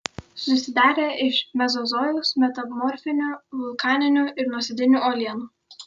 susidarę iš mezozojaus metamorfinių vulkaninių ir nuosėdinių uolienų